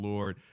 Lord